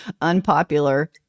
unpopular